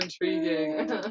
intriguing